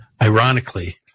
Ironically